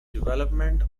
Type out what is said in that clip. development